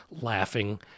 laughing